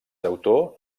autor